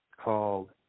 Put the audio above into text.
called